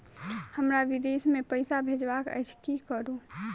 हमरा विदेश मे पैसा भेजबाक अछि की करू?